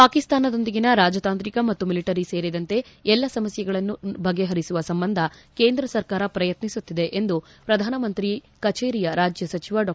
ಪಾಕಿಸ್ಸಾನದೊಂದಿಗಿನ ರಾಜತಾಂತ್ರಿಕ ಮತ್ತು ಮಿಲಿಟರಿ ಸೇರಿದಂತೆ ಎಲ್ಲ ಸಮಸ್ತೆಗಳನ್ನು ಬಗೆಹರಿಸುವ ಸಂಬಂಧ ಕೇಂದ್ರ ಸರ್ಕಾರ ಪ್ರಯತ್ತಿಸುತ್ತಿದೆ ಎಂದು ಪ್ರಧಾನಮಂತ್ರಿ ಕಚೇರಿಯ ರಾಜ್ನ ಸಚಿವ ಡಾ